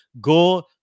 go